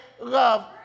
love